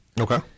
Okay